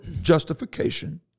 justification